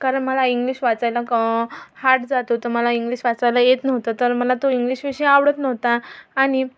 कारण मला इंग्लिश वाचायला हार्ड जात होतं मला इंग्लिश वाचायला येत नव्हतं तर मला तो इंग्लिश विषय आवडत नव्हता आणि